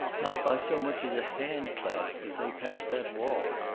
not by so much as a hand clasp did they pass that wall.